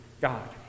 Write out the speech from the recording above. God